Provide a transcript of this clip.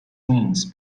wings